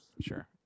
sure